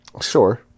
sure